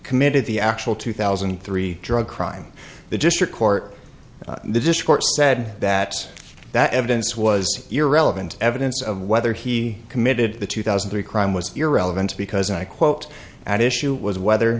committed the actual two thousand and three drug crime the district court the discourse said that that evidence was irrelevant evidence of whether he committed the two thousand three crime was irrelevant because i quote at issue was whether